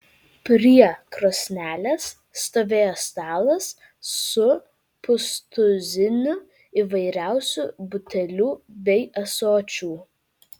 prie krosnelės stovėjo stalas su pustuziniu įvairiausių butelių bei ąsočių